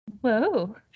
Whoa